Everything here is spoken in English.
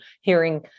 hearing